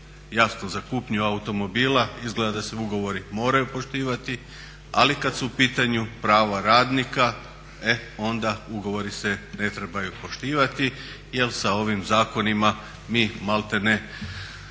Jasno, za kupnju automobila izgleda da se ugovori moraju poštivati ali kad su u pitanju prava radnika e onda ugovori se ne trebaju poštivati jer sa ovim zakonima mi maltene